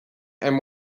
and